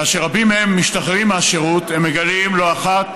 כאשר רבים מהם משתחררים מהשירות, הם מגלים לא אחת